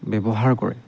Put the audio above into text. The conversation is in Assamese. ব্যৱহাৰ কৰে